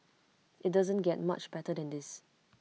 IT doesn't get much better than this